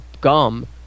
gum